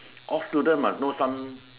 all students must know some